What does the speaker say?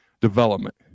development